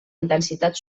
intensitat